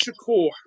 Shakur